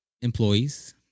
Employees